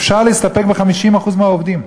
אפשר להסתפק ב-50% מהעובדים,